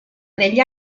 negli